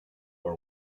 for